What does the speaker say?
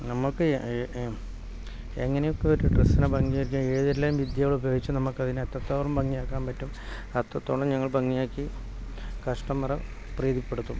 നമുക്ക് എ എങ്ങനെയൊക്കെ ഒരു ഡ്രസ്സിനെ ഭംഗിയാക്കാം ഏതെല്ലാം വിദ്യകൾ ഉപയോഗിച്ച് നമുക്കതിനെ എത്രത്തോളം ഭംഗിയാക്കാൻ പറ്റും അത്രത്തോളം ഞങ്ങൾ ഭംഗിയാക്കി കസ്റ്റമറെ പ്രീതിപ്പെടുത്തും